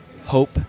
hope